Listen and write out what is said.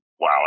Wow